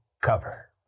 cover